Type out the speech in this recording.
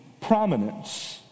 prominence